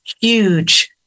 huge